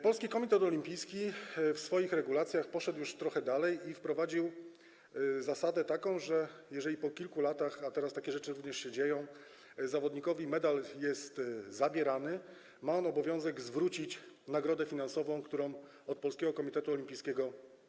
Polski Komitet Olimpijski w swoich regulacjach poszedł już trochę dalej i wprowadził taką zasadę, że jeżeli po kilku latach - a teraz takie rzeczy również się dzieją - zawodnikowi jest zabierany medal, ma on obowiązek zwrócić nagrodę finansową, którą otrzymał od Polskiego Komitetu Olimpijskiego.